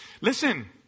Listen